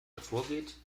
hervorgeht